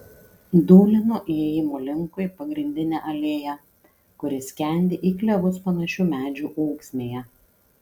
dūlinu įėjimo linkui pagrindine alėja kuri skendi į klevus panašių medžių ūksmėje